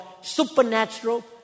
supernatural